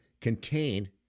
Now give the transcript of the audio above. contain